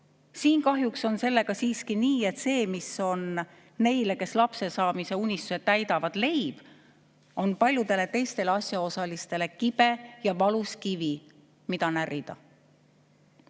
on kahjuks siiski nii, et see, mis on neile, kes lapse saamise unistuse täidavad, leib, on paljudele teistele asjaosalistele kibe ja valus kivi, mida närida.